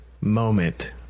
moment